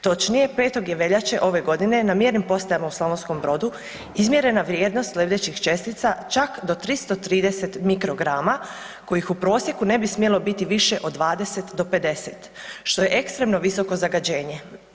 Točnije, 5. je veljače ove godine na mjernim postajama u Slavonskom Brodu izmjerena vrijednost lebdećih čestica čak do 330 mikrograma kojih u prosjeku ne bi smjelo biti više od 20 do 50, što je ekstremno visoko zagađenje.